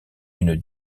une